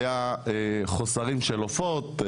היו חוסרים של עופות,